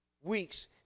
weeks